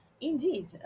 indeed